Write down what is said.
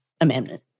amendment